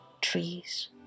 Trees